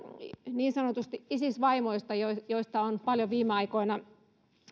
niin sanotuista isis vaimoista joista on paljon viime aikoina